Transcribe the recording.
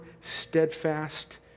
steadfast